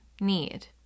need